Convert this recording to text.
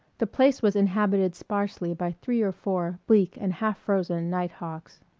the place was inhabited sparsely by three or four bleak and half-frozen night-hawks.